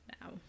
now